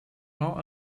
nor